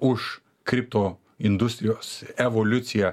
uš kripto industrijos evoliuciją